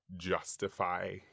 justify